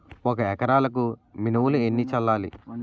ఒక ఎకరాలకు మినువులు ఎన్ని చల్లాలి?